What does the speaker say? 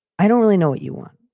i don't really know what you want.